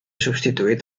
substituït